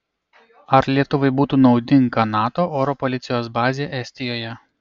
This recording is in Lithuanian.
ar lietuvai būtų naudinga nato oro policijos bazė estijoje